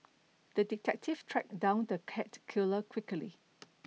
the detective tracked down the cat killer quickly